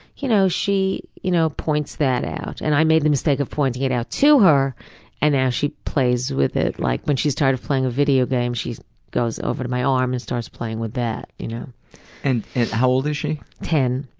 you know she you know points that out, and i made the mistake of pointing it out to her and now she plays with it like when she's tired of playing a video game she goes over to my arm and starts playing with that. you know and how old is she? ten.